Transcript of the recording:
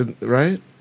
right